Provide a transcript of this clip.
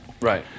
Right